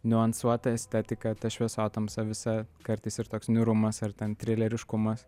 niuansuota estetika ta šviesotamsa visa kartais ir toks niūrumas ar ten trileriškumas